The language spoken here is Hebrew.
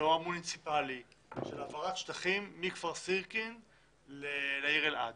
לא המוניציפאלי של העברת שטחים מכפר סירקין לעיר אלעד.